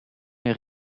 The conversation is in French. est